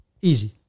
Easy